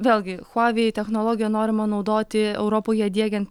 vėlgi huawei technologiją norima naudoti europoje diegiant